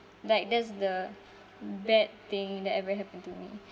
like that's the bad thing that ever happened to me